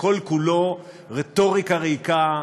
וכל-כולו רטוריקה ריקה,